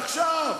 עכשיו